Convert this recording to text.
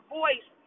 voice